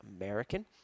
American